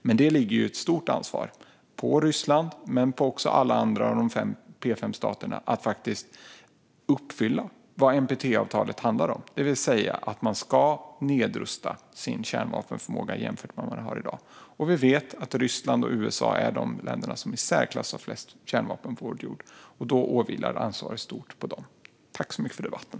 Men då ligger det ett stort ansvar på Ryssland och på alla de andra P5-staterna att faktiskt uppfylla vad NPT-avtalet handlar om, det vill säga att man ska nedrusta sin kärnvapenförmåga jämfört med i dag. Vi vet att Ryssland och USA är de länder som har i särklass flest kärnvapen på vår jord, och därför vilar ansvaret tungt på dem. Tack för debatten!